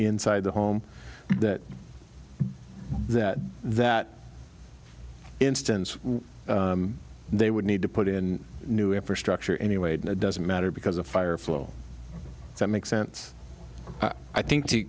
inside the home that that that instance they would need to put in new infrastructure anyway and it doesn't matter because the fire flow that makes sense i think to